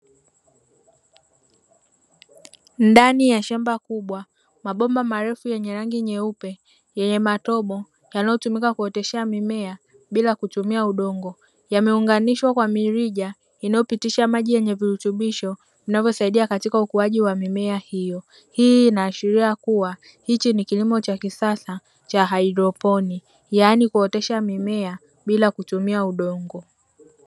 Ndani ya shamba kubwa mabomba marefu yenye rangi nyeupe, yenye matobo yanayotumika kuoteshea mimea bila kutumia udongo, yameunganishwa kwa mirija inayopitisha maji yenye virutubisho vinavyosaidia katika ukuaji wa mimea hiyo. Hii inaashiria kuwa, hichi ni kilimo cha kisasa cha haidroponi, yaani kuotesha mimea bila kutumia udongo.